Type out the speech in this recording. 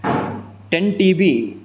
ten T B